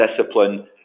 discipline